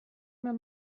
mir